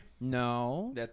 No